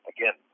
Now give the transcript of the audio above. Again